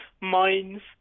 mines